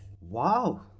Wow